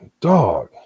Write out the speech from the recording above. dog